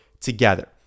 together